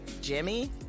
Jimmy